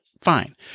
fine